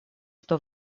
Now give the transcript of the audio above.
что